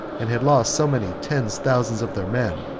and had lost so many ten thousands of their men,